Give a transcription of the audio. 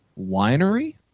winery